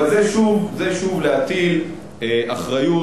אבל זה שוב להטיל אחריות,